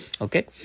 Okay